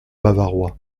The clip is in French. bavarois